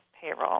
payroll